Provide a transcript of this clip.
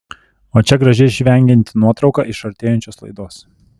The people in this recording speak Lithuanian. o čia graži žvengianti nuotrauka iš artėjančios laidos